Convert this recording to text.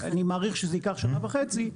אני מעריך שזה ייקח שנה וחצי,